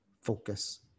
focus